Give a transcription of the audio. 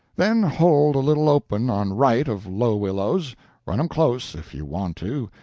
then hold a little open on right of low willows run em close if you want to,